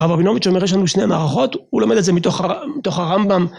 הרב רבינוביץ אומר יש לנו שני מערכות, הוא לומד את זה מתוך הרמב״ם.